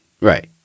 right